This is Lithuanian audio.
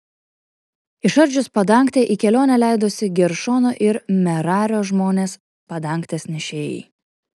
išardžius padangtę į kelionę leidosi geršono ir merario žmonės padangtės nešėjai